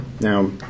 Now